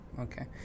Okay